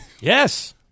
Yes